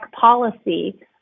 policy